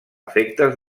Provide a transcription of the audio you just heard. efectes